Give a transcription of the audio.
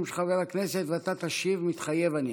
של חבר הכנסת ואתה תשיב "מתחייב אני".